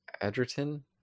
edgerton